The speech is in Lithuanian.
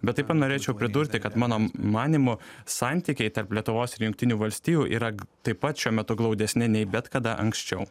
bet taip pat norėčiau pridurti kad mano manymu santykiai tarp lietuvos ir jungtinių valstijų yra taip pat šiuo metu glaudesni nei bet kada anksčiau